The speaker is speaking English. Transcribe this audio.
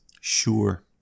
Sure